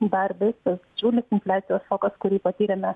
dar visas džiulis infliacijos šokas kurį patyrėme